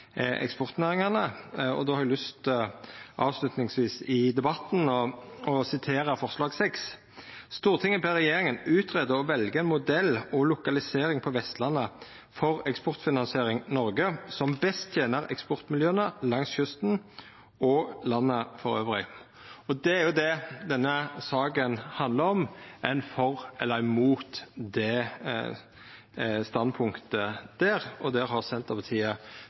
har eg avslutningsvis i debatten lyst til å sitera forslag nr. 6: «Stortinget ber regjeringen utrede og velge en modell og lokalisering på Vestlandet for Eksportfinansiering Norge som best tjener eksportmiljøene langs kysten og i landet for øvrig.» Det er det denne saka handlar om – er ein for eller imot det standpunktet. Der har Senterpartiet